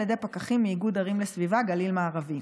ידי פקחים מאיגוד ערים וסביבה גליל מערבי.